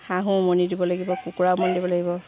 হাঁহো উমনি দিব লাগিব কুকুৰা উমনি দিব লাগিব